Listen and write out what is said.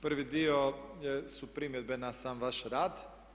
Prvi dio su primjedbe na sam vaš rad.